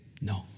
no